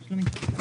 של מיסוי שתייה